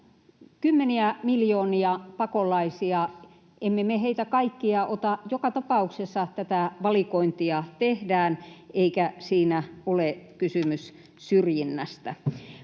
kymmeniä miljoonia pakolaisia ja emme me heitä kaikkia ota. Joka tapauksessa tätä valikointia tehdään, eikä siinä ole kysymys syrjinnästä.